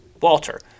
Walter